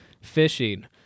fishing